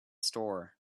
store